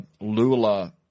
Lula